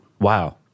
Wow